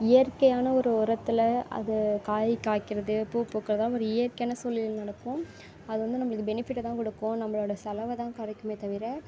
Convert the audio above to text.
இயற்கையான ஒரு உரத்துல அது காய் காய்க்கிறது பூ பூக்கிறதெல்லாம் ஒரு இயற்கையான சூல்நிலையில் நடக்கும் அது வந்து நம்மளுக்கு பெனிஃபிட்டை தான் கொடுக்கும் நம்மளோட செலவை தான் குறைக்குமே தவிர